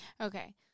Okay